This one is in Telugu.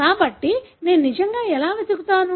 కాబట్టి నేను నిజంగా ఎలా వెతుకుతాను